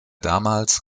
damals